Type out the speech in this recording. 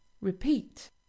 repeat